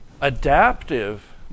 adaptive